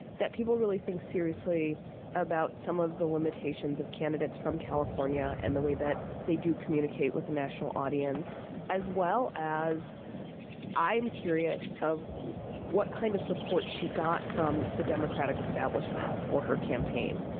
that people really think seriously about some of the limitations of candidates from california and the way that they do communicate with a national audience as well as i am curious of what kind of support she got from the democratic establishment for her campaign.